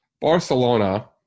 Barcelona